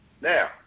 Now